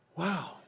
wow